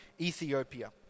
Ethiopia